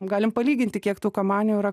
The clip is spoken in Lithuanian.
galim palyginti kiek tų kamanių yra